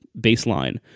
baseline